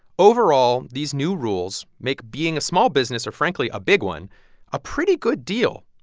overall, these new rules make being a small business or, frankly a big one a pretty good deal,